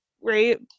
right